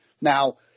Now